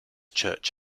church